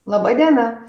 laba diena